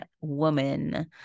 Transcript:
woman